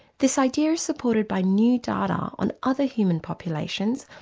this idea is supported by new data on other human populations,